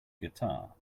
guitar